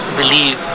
believe